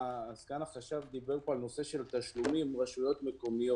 סגן החשב דיבר פה על נושא של תשלומים מול הרשויות המקומיות.